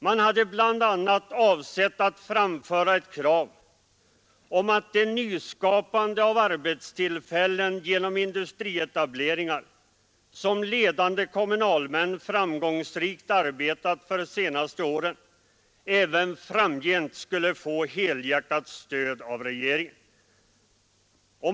Man hade bl.a. avsett att framföra ett krav på att det nyskapande av arbetstillfällen genom industrietableringar som ledande kommunalmän framgångsrikt arbetat för de senaste åren även framgent skulle få helhjärtat stöd av regeringen.